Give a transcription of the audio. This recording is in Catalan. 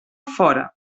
fora